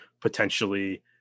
potentially